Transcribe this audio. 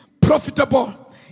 profitable